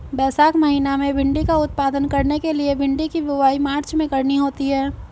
वैशाख महीना में भिण्डी का उत्पादन करने के लिए भिंडी की बुवाई मार्च में करनी होती है